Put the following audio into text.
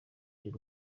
des